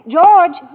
George